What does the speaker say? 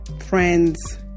friends